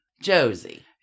Josie